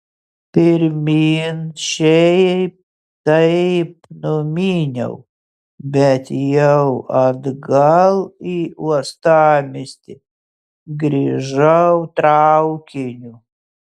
pirmyn šiaip taip numyniau bet jau atgal į uostamiestį grįžau traukiniu